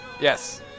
Yes